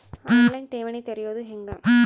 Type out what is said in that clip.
On line ಠೇವಣಿ ತೆರೆಯೋದು ಹೆಂಗ?